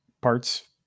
parts